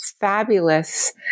fabulous